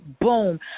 Boom